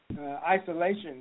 isolation